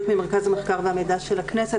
אני ממרכז המחקר והמידע של הכנסת.